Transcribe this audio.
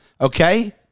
Okay